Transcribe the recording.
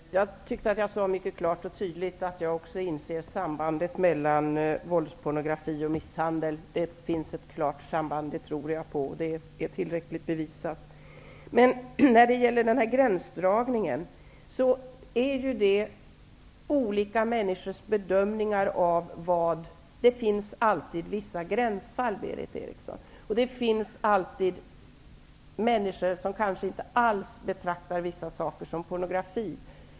Herr talman! Jag tyckte att jag mycket klart och tydligt sade att också jag inser att det är ett samband mellan våldspornografi och misshandel. Det sambandet är tillräckligt bevisat. Men det finns vissa gränsfall, Berith Eriksson, och det finns människor som kanske inte alls betraktar vissa saker som pornografi.